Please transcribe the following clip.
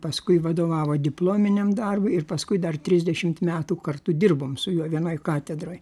paskui vadovavo diplominiam darbui ir paskui dar trisdešimt metų kartu dirbom su juo vienoj katedroj